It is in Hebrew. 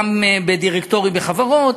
גם בדירקטוריונים בחברות.